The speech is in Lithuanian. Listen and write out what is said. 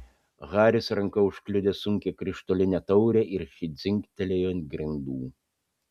haris ranka užkliudė sunkią krištolinę taurę ir ši dzingtelėjo ant grindų